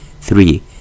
three